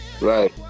right